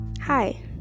Hi